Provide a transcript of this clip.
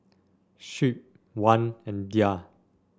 Shuib Wan and Dhia